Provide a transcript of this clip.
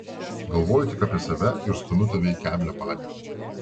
galvoju tik apie save ir stumiu tave į keblią padėtį